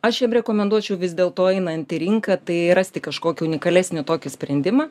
aš jiem rekomenduočiau vis dėl to einant į rinką tai rasti kažkokį unikalesnį tokį sprendimą